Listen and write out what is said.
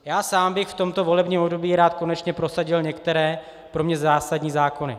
Já sám bych v tomto volebním období rád konečně prosadil některé pro mě zásadní zákony.